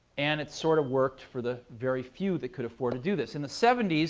and it sort of worked for the very few that could afford to do this. in the seventy s,